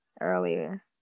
earlier